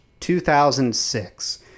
2006